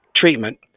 treatment